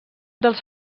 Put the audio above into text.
dels